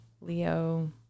Leo